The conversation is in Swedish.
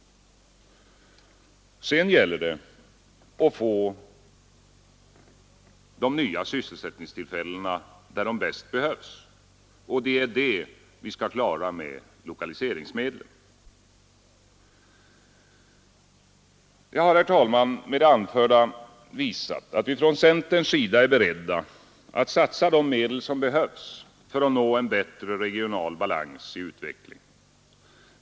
Sedan gäller det att få de nya sysselsättningstillfällena där de bäst behövs. Det skall vi klara med lokaliseringsmedel. Jag har, herr talman, med det anförda visat att vi från centerns sida är beredda att satsa de medel som behövs för att nå en bättre regional balans i utvecklingen.